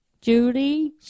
Judy